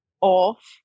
off